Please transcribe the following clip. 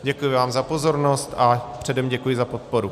Děkuji vám za pozornost a předem děkuji za podporu.